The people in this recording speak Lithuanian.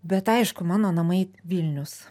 bet aišku mano namai vilnius